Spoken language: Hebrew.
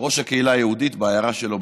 ראש הקהילה היהודית בעיירה שלו,